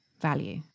value